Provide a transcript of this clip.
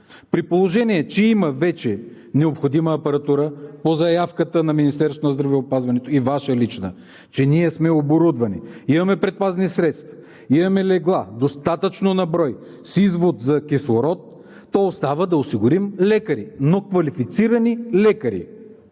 При положение че има вече необходима апаратура по заявката на Министерството на здравеопазването, и Ваше лична, че ние сме оборудвани, имаме предпазни средства, имаме легла – достатъчно на брой, с извод за кислород, то остава да осигурим лекари, но квалифицирани лекари,